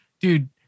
Dude